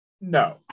No